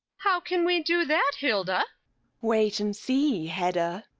how can we do that, hilda wait and see, hedda.